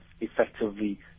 effectively